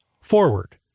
forward